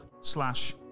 slash